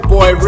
Boy